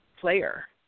player